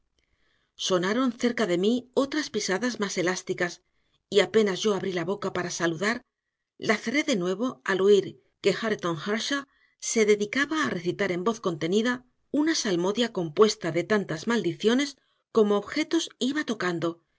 sonaron cerca de mí otras pisadas más elásticas y apenas yo abrí la boca para saludar la cerré de nuevo al oír que hareton earnshaw se dedicaba a recitar en voz contenida una salmodia compuesta de tantas maldiciones como objetos iba tocando